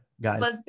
guys